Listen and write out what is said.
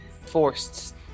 forced